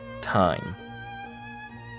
time